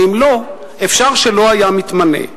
ואם לא, אפשר שלא היה מתמנה.